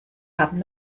haben